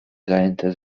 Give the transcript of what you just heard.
zajęte